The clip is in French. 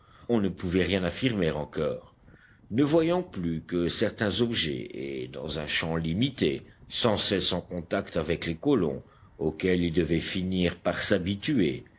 on ne pouvait rien affirmer encore ne voyant plus que certains objets et dans un champ limité sans cesse en contact avec les colons auxquels il devait finir par s'habituer